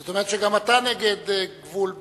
זאת אומרת שגם אתה נגד גבול בין,